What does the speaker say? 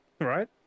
Right